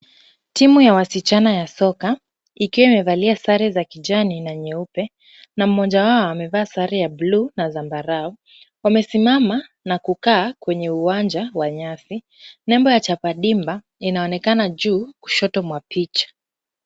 Timu ya wasichana ya soka ikiwa imevalia sare za kijani na nyeupe na mmoja wao amevaa sare ya bluu na zambarau wamesimama na kukaa kwenye uwanja wa nyasi. Nembo ya chapa dimba inaonekana juu kushoto mwa picha.